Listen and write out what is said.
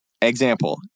example